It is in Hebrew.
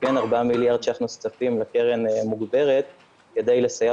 וכן 4 מיליארד ש"ח נוספים לקרן מוגדרת כדי לסייע